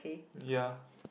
ya